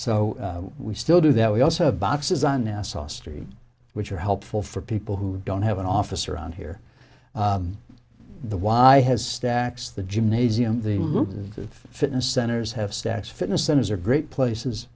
so we still do that we also have boxes on nassau street which are helpful for people who don't have an office around here the y has stacks the gymnasium the look of fitness centers have stacks fitness centers are great places